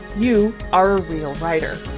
you are a real writer